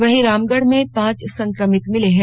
वहीं रामगढ़ में पांच संक्रमित मिले हैं